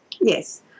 Yes